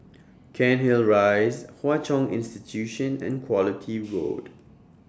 Cairnhill Rise Hwa Chong Institution and Quality Road